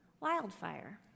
wildfire